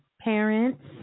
parents